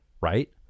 right